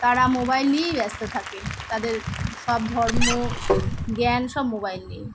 তারা মোবাইল নিয়েই ব্যস্ত থাকে তাদের সব ধর্ম জ্ঞান সব মোবাইল নিয়ে